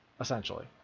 essentially